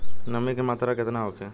नमी के मात्रा केतना होखे?